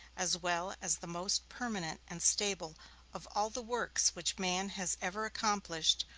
as well as the most permanent and stable of all the works which man has ever accomplished,